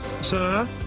Sir